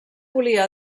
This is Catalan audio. volia